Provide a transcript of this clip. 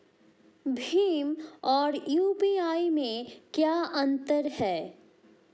भीम और यू.पी.आई में क्या अंतर है?